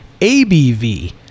ABV